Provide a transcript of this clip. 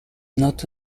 not